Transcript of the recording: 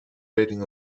rating